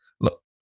Look